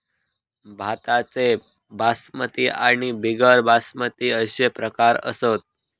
भाताचे बासमती आणि बिगर बासमती अशे प्रकार असत